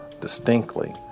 distinctly